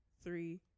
three